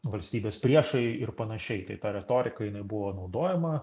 valstybės priešai ir panašiai tai ta retorika jinai buvo naudojama